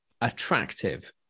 attractive